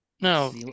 No